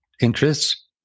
interests